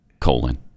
colon